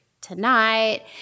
tonight